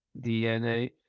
DNA